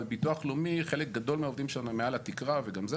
אבל ביטוח לאומי,